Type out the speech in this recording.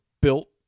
built